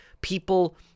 people